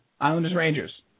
Islanders-Rangers